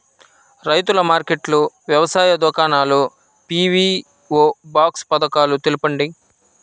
రైతుల మార్కెట్లు, వ్యవసాయ దుకాణాలు, పీ.వీ.ఓ బాక్స్ పథకాలు తెలుపండి?